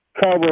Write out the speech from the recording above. cover